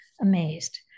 amazed